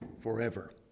Forever